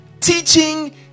teaching